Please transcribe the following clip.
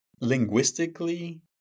Linguistically